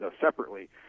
separately